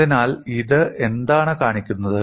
അതിനാൽ ഇത് എന്താണ് കാണിക്കുന്നത്